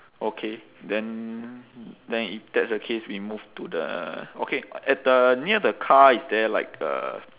okay then then if that's the case we move to the okay at the near the car is there like a